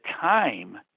time